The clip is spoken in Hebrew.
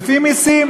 לפי מסים.